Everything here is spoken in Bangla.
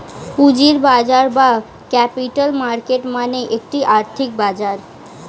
পুঁজির বাজার বা ক্যাপিটাল মার্কেট মানে একটি আর্থিক বাজার